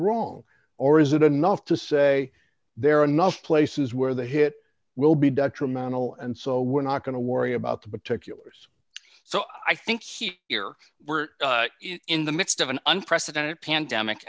wrong or is it enough to say there are enough places where the hit will be detrimental and so we're not going to worry about the particulars so i think he here we're in the midst of an unprecedented pandemic